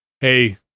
hey